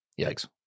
Yikes